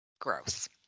Gross